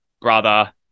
brother